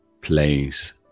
place